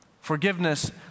Forgiveness